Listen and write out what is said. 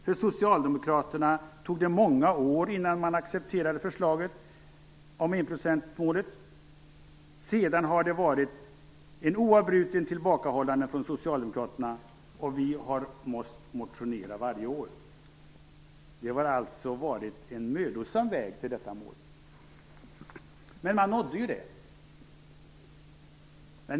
För socialdemokraterna tog det många år innan man accepterade förslaget om enprocentsmålet. Sedan har det varit ett oavbrutet tillbakahållande från socialdemokraterna, och vi har måst motionera varje år. Det har alltså varit en mödosam väg till detta mål." Men man nådde målet.